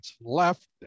left